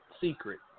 secret